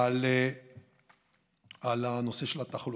על נושא התחלואה.